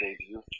debut